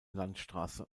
landstraße